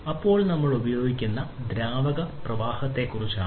അപ്പോൾ നമ്മൾ സംസാരിക്കുന്നത് ദ്രാവക പ്രവാഹത്തെക്കുറിച്ചാണ്